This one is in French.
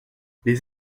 les